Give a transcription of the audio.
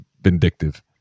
vindictive